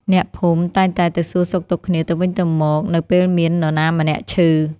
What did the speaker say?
អ្នកភូមិតែងតែទៅសួរសុខទុក្ខគ្នាទៅវិញទៅមកនៅពេលមាននរណាម្នាក់ឈឺ។